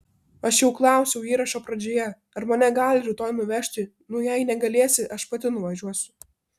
aš jau klausiau įrašo pradžioje ar mane gali rytoj nuvežti nu jei negalėsi aš pati nuvažiuosiu